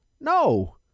No